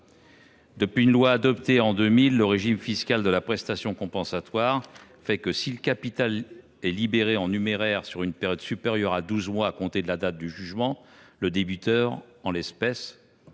Depuis une loi adoptée en 2000, le régime fiscal de la prestation compensatoire prévoit que, si le capital est libéré en numéraire sur une période supérieure à douze mois à compter de la date du jugement, le débiteur – l’homme, en